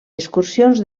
excursions